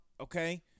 Okay